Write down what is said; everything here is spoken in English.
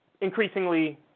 increasingly